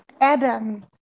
Adam